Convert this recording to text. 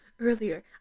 earlier